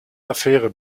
affäre